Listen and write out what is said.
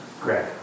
Greg